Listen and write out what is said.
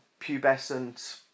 pubescent